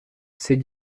ses